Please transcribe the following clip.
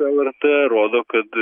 lrt rodo kad